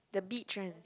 the beach one